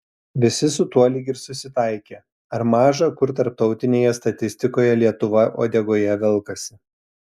visi su tuo lyg ir susitaikė ar maža kur tarptautinėje statistikoje lietuva uodegoje velkasi